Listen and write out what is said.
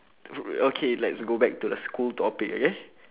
okay let's go back to the school topic okay